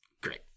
great